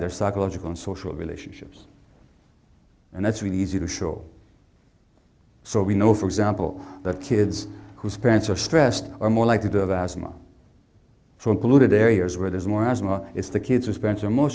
their psychological and social relationships and it's really easy to show so we know for example that kids whose parents are stressed are more likely to have asthma from polluted areas where there's more asthma it's the kids whose parents are mo